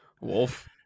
Wolf